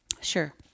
Sure